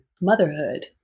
motherhood